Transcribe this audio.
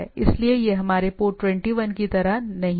इसलिए यह हमारे पोर्ट 21 की तरह नहीं है